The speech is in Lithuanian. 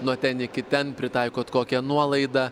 nuo ten iki ten pritaikot kokią nuolaidą